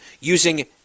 using